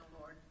Lord